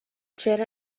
چرا